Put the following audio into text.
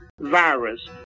virus